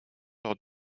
lors